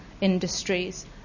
industries